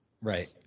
right